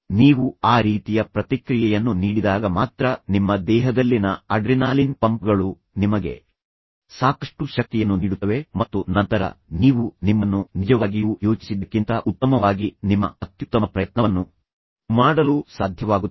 ನೀವು ಆ ರೀತಿಯ ಪ್ರತಿಕ್ರಿಯೆಯನ್ನು ನೀಡಿದಾಗ ಮಾತ್ರ ನಿಮ್ಮ ದೇಹದಲ್ಲಿನ ಅಡ್ರಿನಾಲಿನ್ ಪಂಪ್ಗಳು ನಿಮಗೆ ಸಾಕಷ್ಟು ಶಕ್ತಿಯನ್ನು ನೀಡುತ್ತವೆ ಮತ್ತು ನಂತರ ನೀವು ನಿಮ್ಮನ್ನು ನಿಜವಾಗಿಯೂ ಯೋಚಿಸಿದ್ದಕ್ಕಿಂತ ಉತ್ತಮವಾಗಿ ನಿಮ್ಮ ಅತ್ಯುತ್ತಮ ಪ್ರಯತ್ನವನ್ನು ಮಾಡಲು ಸಾಧ್ಯವಾಗುತ್ತದೆ